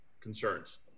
concerns